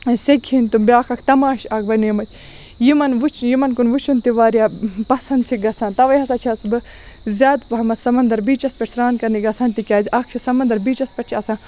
سیٚکہِ ہٕنٛد تِم بیاکھ اکھ تَماش اکھ بَنیٚمٕتۍ یِمَن وٕچھ یِمَن کُن وٕچھُن تہِ واریاہ پَسَنٛد چھِ گَژھان تَوَے ہَسا چھَس بہٕ زیاد پَہمَت سَمَنٛدَر بیٖچَس پیٹھ سران کَرنہِ گَژھان تکیاز اکھ چھ سَمَنٛدَر بیٖچَس پیٹھ چھُ آسان